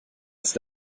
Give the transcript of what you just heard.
ist